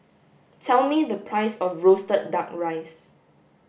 tell me the price of roasted duck rice